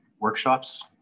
workshops